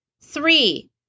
Three